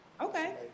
Okay